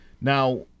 Now